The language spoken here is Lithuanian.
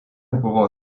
buvo